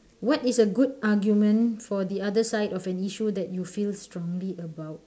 what is a good argument for the other side of an issue that you feel strongly about